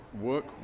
work